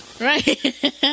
Right